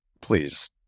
please